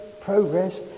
progress